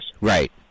Right